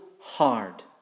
hard